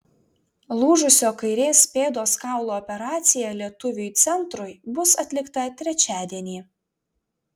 lūžusio kairės pėdos kaulo operacija lietuviui centrui bus atlikta trečiadienį